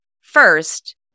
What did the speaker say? First